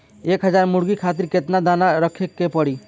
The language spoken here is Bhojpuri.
एक हज़ार मुर्गी खातिर केतना दाना रखे के पड़ी?